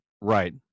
Right